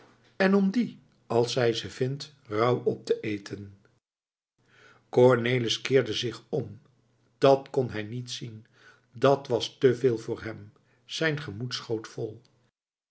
en om die als zij ze vindt rauw op te eten cornelis keerde zich om dàt kon hij niet zien dàt was te veel voor hem zijn gemoed schoot vol